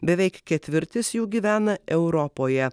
beveik ketvirtis jų gyvena europoje